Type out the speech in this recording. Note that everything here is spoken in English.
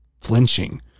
flinching